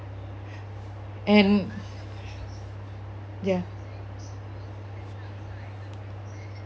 and ya